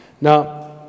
Now